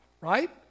right